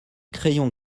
crayons